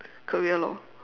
career lor